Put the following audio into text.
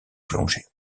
plongée